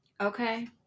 okay